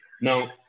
Now